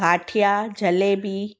गाठिया jalebi